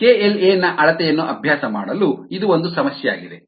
KLa ನ ಅಳತೆಯನ್ನು ಅಭ್ಯಾಸ ಮಾಡಲು ಇದು ಒಂದು ಸಮಸ್ಯೆಯಾಗಿದೆ